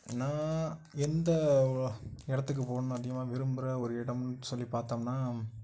நான் எந்த இடத்துக்கு போகணுன்னு அதிகமாக விரும்புகிற ஒரு இடம் சொல்லி பார்த்தோம்னா